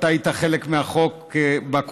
אתה היית חלק מהחוק בקואליציה,